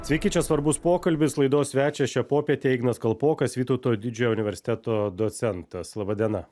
sveiki čia svarbus pokalbis laidos svečias šią popietę ignas kalpokas vytauto didžiojo universiteto docentas laba diena